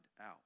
out